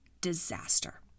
Disaster